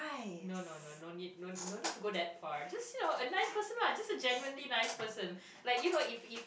no no no no need no no need to go that far just say a nice person what just a genuinely nice person like you know if if